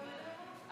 למעלה.